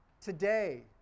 today